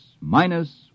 Minus